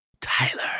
Tyler